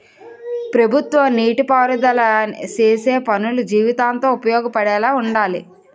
ప్రభుత్వ నీటి పారుదల సేసే పనులు జీవితాంతం ఉపయోగపడేలా వుండాలి